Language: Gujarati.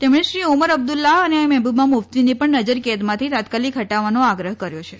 તેમણે શ્રી ઓમર અબ્દુલ્લાહ અને મહેબુબા મુફ્તીને પણ નજરકેમાંથી તાત્કાલિક હટાવવાનો આગ્રહ કર્યો છે